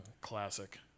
classic